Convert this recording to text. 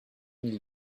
mille